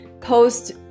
post